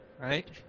right